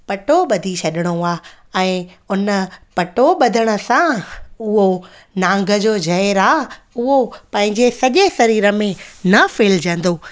पटो बधी छॾिणो आहे ऐं उन पटो बधण सां उओ नांग जो जहर आ उहो पंहिंजे सॼे शरीर में न फैलजंदो